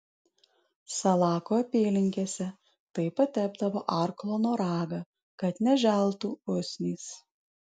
salako apylinkėse taip patepdavo arklo noragą kad neželtų usnys